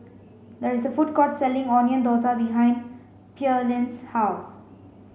there is a food court selling onion Thosai behind Pearline's house